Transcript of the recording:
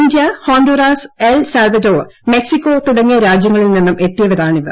India Honduras El Salvador Mexico തുടങ്ങിയ രാജ്യങ്ങളിൽ നിന്നും എത്തിയതാണിവർ